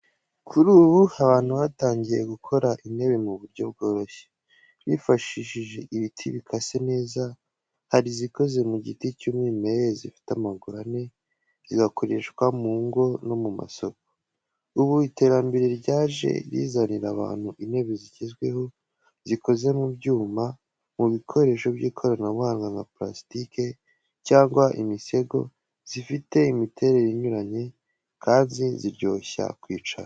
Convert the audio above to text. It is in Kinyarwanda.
Kuri ubu, abantu batangiye gukora intebe mu buryo bworoshye, bifashishije ibiti bikase neza. Hari izikoze mu giti cy’umwimerere zifite amaguru ane, zigakoreshwa mu ngo no mu masoko. Ubu iterambere ryaje rizanira abantu intebe zigezweho, zikoze mu byuma, mu bikoresho by’ikoranabuhanga nka parasitike cyangwa imisego, zifite imiterere inyuranye kandi ziryoshya kwicara.